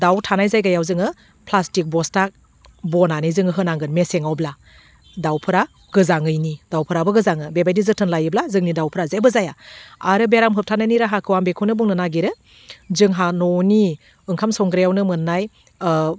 दाउ थानाय जायगायाव जोङो प्लाष्टिक बस्था बनानै जोङो होनांगोन मेसेङावब्ला दाउफ्रा गोजाङैनि दाउफोराबो गोजाङो बेबायदि जोथोन लायोब्ला जोंनि दाउफ्रा जेबो जाया आरो बेराम होबथानायनि राहाखौ आं बेखौनो बुंनो नागिरो जोंहा न'नि ओंखाम संग्रायावनो मोन्नाय